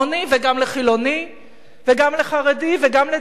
וגם לחילוני וגם לחרדי וגם לדתי,